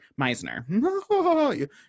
Meisner